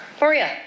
Maria